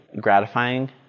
gratifying